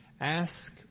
ask